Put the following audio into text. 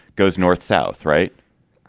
goes north. south. right.